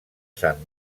sant